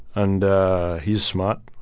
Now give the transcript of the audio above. and he's smart.